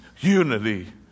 unity